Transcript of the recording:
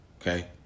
Okay